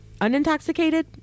Unintoxicated